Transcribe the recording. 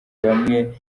bamwe